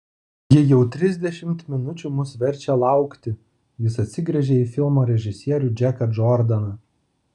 ji jau trisdešimt minučių mus verčia laukti jis atsigręžė į filmo režisierių džeką džordaną